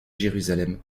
jérusalem